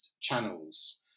channels